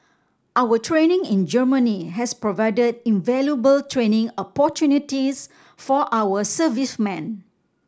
our training in Germany has provided invaluable training opportunities for our servicemen